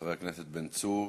חבר הכנסת בן צור